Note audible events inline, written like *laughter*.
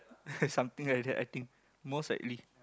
*laughs* something like that I think most likely